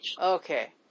Okay